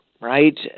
right